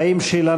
האם,